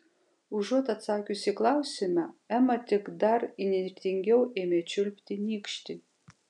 užuot atsakiusi į klausimą ema tik dar įnirtingiau ėmė čiulpti nykštį